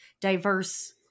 diverse